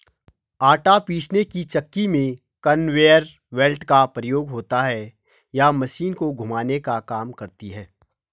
आटा पीसने की चक्की में कन्वेयर बेल्ट का प्रयोग होता है यह मशीन को घुमाने का काम करती है